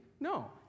No